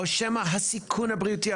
או שמא הסיכון הבריאותי,